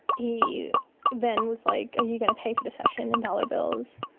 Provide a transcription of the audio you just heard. he then was like are you going to pay for this session in dollar bills?